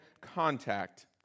contact